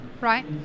right